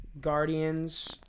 Guardians